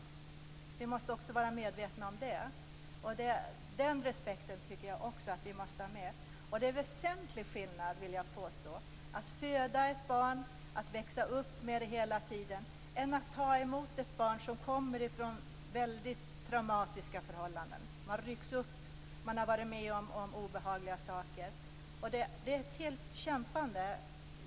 Det måste vi vara medvetna om och visa respekt för. Jag vill påstå att det är en väsentlig skillnad mellan att å ena sidan föda ett barn och vara med det under hela uppväxten och å andra sidan ta emot ett barn som kommer från väldigt traumatiska förhållanden, som har ryckts upp och som har varit med om obehagliga saker. Det blir en kamp.